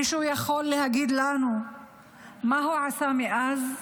מישהו יכול להגיד לנו מה הוא עשה מאז?